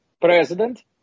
president